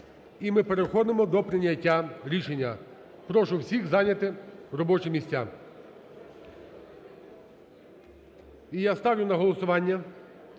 І ми переходимо до прийняття рішення. Прошу всіх зайняти робочі місця. І я ставлю на голосування